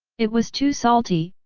it was too salty,